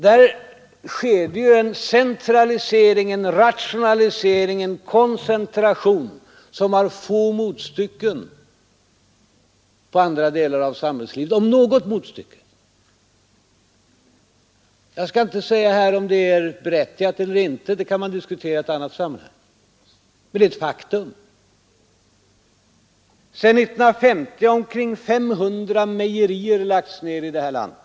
Där sker det ju en centralisering, en rationalisering, en koncentration som har få — om ens något — motstycken i andra delar av samhällslivet. Jag skall inte säga här om detta är berättigat eller inte — det kan man diskutera i annat sammanhang. Men det är faktum. Sedan 1950 har omkring 500 mejerier lagts ned i det här landet.